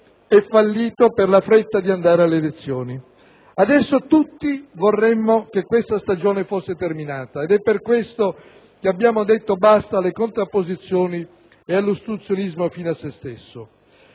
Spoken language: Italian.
è fallito per la fretta di andare alle elezioni. Adesso tutti vorremmo che questa stagione fosse terminata ed è per questo motivo che abbiamo detto basta alle contrapposizioni e all'ostruzionismo fine a se stesso.